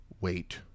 Wait